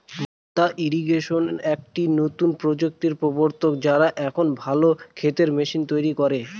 মাদ্দা ইরিগেশন একটি নতুন প্রযুক্তির প্রবর্তক, যারা এখন ভালো ক্ষেতের মেশিন তৈরী করে